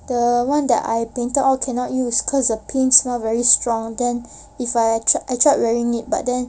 the one that I painted all cannot use because the paint smell very strong then if I tried I tried wearing it but then